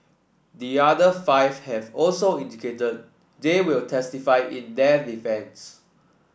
the other five have also indicated they will testify in their defence